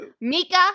Mika